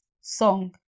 song